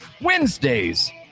Wednesdays